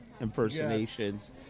impersonations